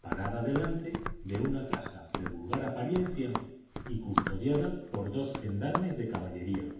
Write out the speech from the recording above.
parada delante de una casa de vulgar apariencia y custodiada por dos gendarmes de caballería